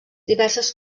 diverses